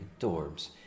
dorms